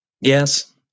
Yes